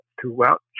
throughout